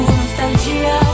nostalgia